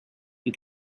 you